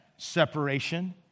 separation